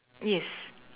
yes